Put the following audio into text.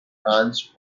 branch